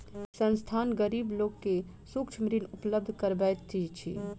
संस्थान, गरीब लोक के सूक्ष्म ऋण उपलब्ध करबैत अछि